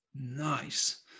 Nice